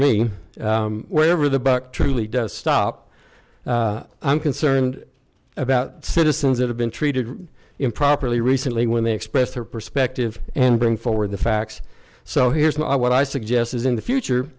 me wherever the buck truly does stop i'm concerned about citizens that have been treated improperly recently when they express their perspective and bring forward the facts so here's my what i suggest is in the future